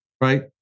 right